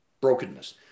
brokenness